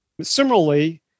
similarly